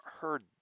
heard